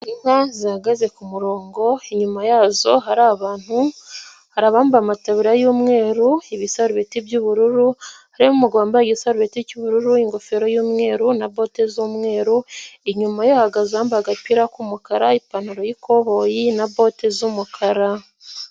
inka zihagaze ku kumurongo, inyuma yazo hari abantu, hari abambaye amateburiya y'umweru ibisarubeti by'ubururu, harimo umugabo wambaye igisarubeti cy'bururu, ingofero y'umweru, na bote z'umweru, inyuma ye hahagaze uwambaye agapira k'umukara, ipantaro y'ikoboyi na bote z'umukara.